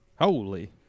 holy